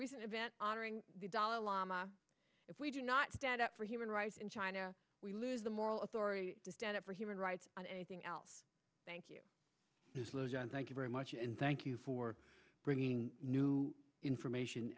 recent event honoring the dalai lama if we do not stand up for human rights in china we lose the moral authority to stand up for human rights and anything else thank you thank you very much and thank you for bringing new information